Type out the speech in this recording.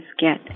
get